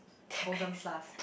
thousand plus